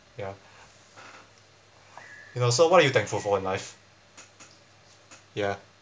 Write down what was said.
ya you know so what are you thankful for in life ya